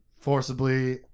forcibly